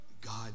God